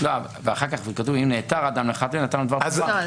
אחר כך כתוב "אם נעתר האדם לאחת מאלה ונתן דבר או תמורה".